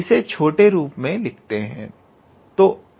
इसे छोटे रूप में लिखते हैं